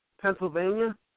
Pennsylvania